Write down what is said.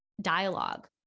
dialogue